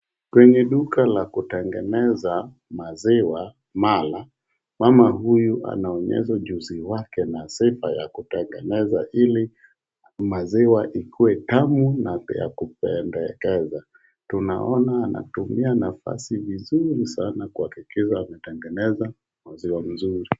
Kwenye duka la kutengeneza maziwa mala, mama huyu anaonyesha ujuzi wake na sifa ya kutengeneza hili maziwa ikuwe tamu na ya kupendekeza. Tunaona anatumia nafasi vizuri sana kuhakikisha kutengeneza maziwa mzuri.